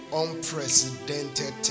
unprecedented